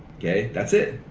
yeah that's it!